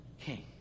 king